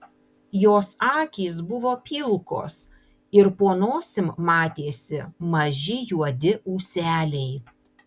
jos akys buvo pilkos ir po nosim matėsi maži juodi ūseliai